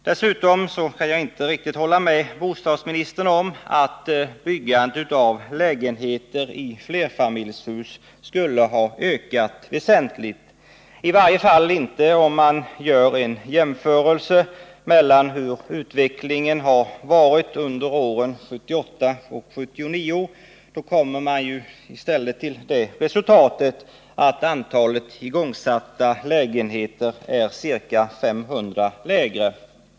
Dessutom kan jag inte hålla med bostadsministern om att byggandet av lägenheter i flerfamiljshus skulle ha ökat väsentligt — i varje fall inte om man gör en jämförelse mellan åren 1978 och 1979. Då kommer man i stället till det resultatet att antalet igångsatta lägenheter är lägre. Det är fråga om en minskning med ca 500 lägenheter.